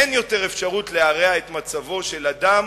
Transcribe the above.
אין אפשרות להרע יותר את מצבו של אדם